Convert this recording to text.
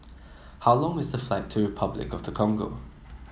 how long is the flight to Repuclic of the Congo